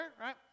right